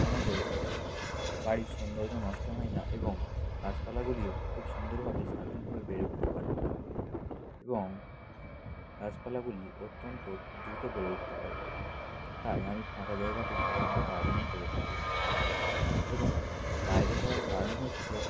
আমাদের বাড়ির সৌন্দর্য নষ্ট হয় না এবং গাছপালাগুলিও খুব সুন্দরভাবে স্বাধীনভাবে বেড়ে উঠতে পারে এবং গাছপালাগুলি অত্যন্ত দ্রুত বেড়ে উঠতে পারে তাই আমি ফাঁকা জায়গাতেই সাধারণত গার্ডেনিং করে থাকি এবং বাইরে করার কারণ হচ্ছে